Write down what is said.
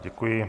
Děkuji.